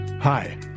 Hi